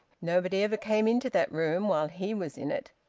nobody ever came into that room while he was in it.